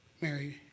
Mary